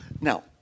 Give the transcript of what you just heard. Now